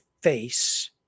face